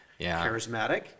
charismatic